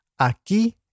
Aquí